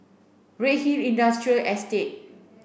Redhill Industrial Estate